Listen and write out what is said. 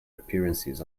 appearances